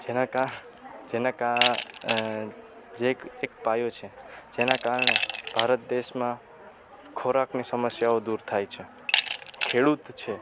જેનાં જેનાં જે એક જે એક પાયો છે જેના કારણે ભારત દેશમાં ખોરાકની સમસ્યાઓ દૂર થાય છે ખેડૂત છે